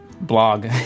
blog